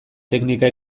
teknika